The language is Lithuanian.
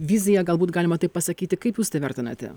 viziją galbūt galima taip pasakyti kaip jūs tai vertinate